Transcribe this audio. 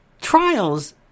Trials